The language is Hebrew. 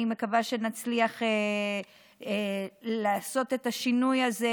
אני מקווה שנצליח לעשות את השינוי הזה,